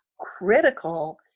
critical